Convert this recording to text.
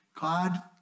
God